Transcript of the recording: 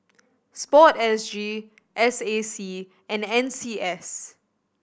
Sport S G S A C and N C S